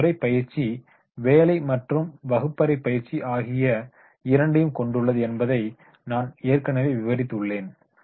இம்முறை பயிற்சி வேலை மற்றும் வகுப்பறை பயிற்சி ஆகிய இரண்டையும் கொண்டுள்ளது என்பதை நான் ஏற்கனவே விவரித்துள்ளேன்